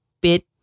bit